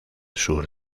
sur